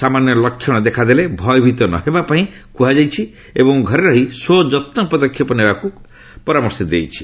ସାମାନ୍ୟ ଲକ୍ଷଣ ଦେଖାଦେଲେ ଭୟଭୀତ ନ ହେବା ପାଇଁ କୁହାଯାଇଛି ଏବଂ ଘରେ ରହି ସ୍ୱଯତ୍ନ ପଦକ୍ଷେପ ନେବାକୁ କୁହାଯାଇଛି